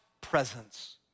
presence